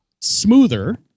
smoother